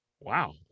wow